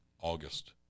august